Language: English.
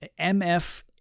MF